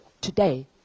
today